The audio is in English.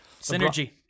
synergy